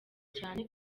cyane